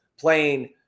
playing